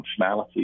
functionality